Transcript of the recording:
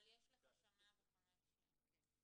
אבל יש לך שם 105. כן.